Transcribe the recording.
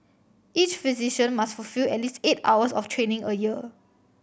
each physician must fulfil at least eight hours of training a year